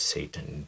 Satan